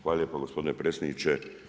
Hvala lijepo gospodine predsjedniče.